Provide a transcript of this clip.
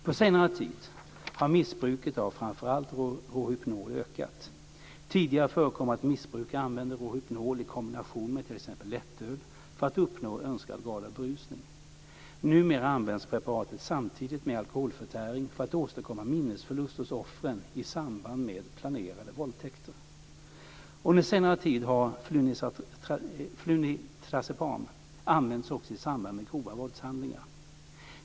På senare tid har missbruket av framför allt Rohypnol ökat. Tidigare förekom att missbrukare använde Rohypnol i kombination med t.ex. lättöl för att uppnå önskad grad av berusning. Numera används preparatet samtidigt med alkoholförtäring för att åstadkomma minnesförlust hos offren i samband med planerade våldtäkter. Under senare tid har flunitrazepam använts också i samband med grova våldshandlingar.